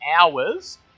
hours